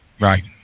Right